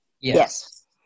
Yes